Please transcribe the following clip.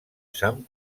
sant